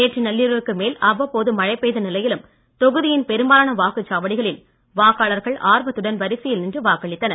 நேற்று நள்ளிரவிற்கு மேல் அவ்வப்போது மழை பெய்த நிலையிலும் தொகுதியின் பெரும்பாலான வாக்குச் சாவடிகளில் வாக்காளர்கள் ஆர்வத்துடன் வரிசையில் நின்று வாக்களித்தனர்